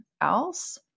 else